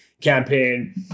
campaign